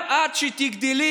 גם את כשתגדלי,